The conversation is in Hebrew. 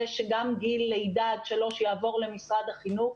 שגם גיל לידה עד שלוש יעבור למשרד החינוך,